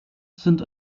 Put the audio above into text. sind